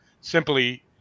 simply